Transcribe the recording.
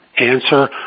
Answer